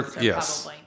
yes